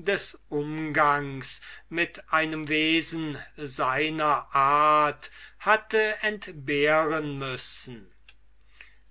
des umgangs mit einem wesen seiner art hatte entbehren müssen